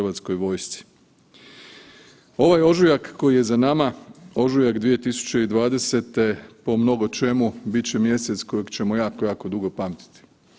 Ovaj ožujak koji je za nama ožujak 2020. po mnogo čemu bit će mjesec kojeg ćemo jako, jako dugo pamtiti.